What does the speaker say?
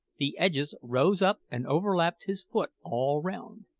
the edges rose up and overlapped his foot all round.